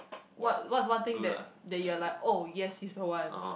what what's one thing that that you're like oh yes he's the one